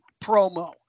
promo